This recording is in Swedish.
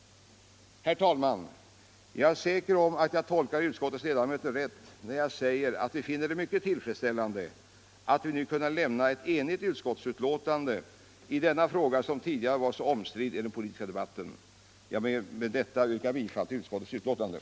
Herr talman! Jag är säker om att jag tolkar utskottets ledamöter rätt när jag säger att vi finner det mycket tillfredsställande att vi kan lämna ett enigt utskottsbetänkande i denna fråga, som tidigare var så omstridd i den politiska debatten. Jag ber med detta att få yrka bifall till utskottets hemställan.